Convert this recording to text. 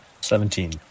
Seventeen